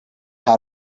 how